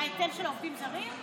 ההיטל של העובדים הזרים?